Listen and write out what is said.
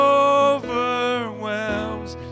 overwhelms